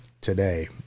today